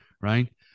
right